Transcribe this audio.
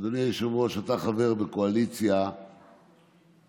אדוני היושב-ראש, אתה חבר בקואליציה שהפכה